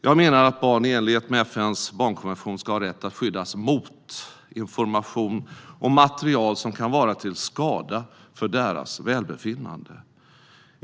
Jag menar att barn i enlighet med FN:s barnkonvention ska ha rätt att skyddas mot information och material som kan vara till skada för deras välbefinnande.